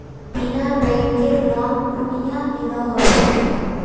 बिना बैंकेर लोन कुनियाँ मिलोहो होबे?